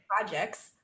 projects